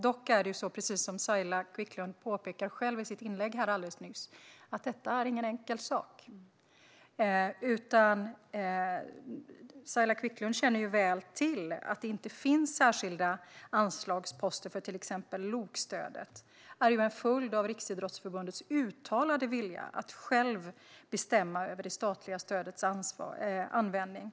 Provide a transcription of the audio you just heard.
Dock är detta, som Saila Quicklund själv påpekade alldeles nyss, ingen enkel sak. Saila Quicklund känner ju väl till att det faktum att det inte finns särskilda anslagsposter för till exempel LOK-stödet är en följd av Riksidrottsförbundets uttalade vilja att självt bestämma över det statliga stödets användning.